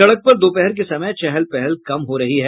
सड़क पर दोपहर के समय चहल पहल कम हो रही है